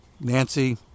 Nancy